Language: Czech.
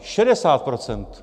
60 %.